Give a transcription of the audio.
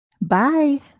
Bye